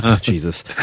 Jesus